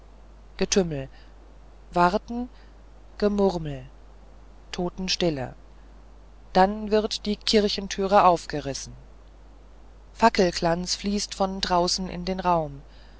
getümmel warten gemurmel totenstille dann wird die kirchentür aufgerissen fackelglanz fließt von draußen in den raum